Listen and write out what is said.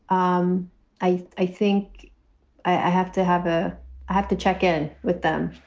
um i i think i have to have a i have to check in with them.